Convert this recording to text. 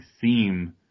theme